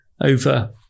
over